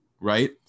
right